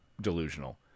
delusional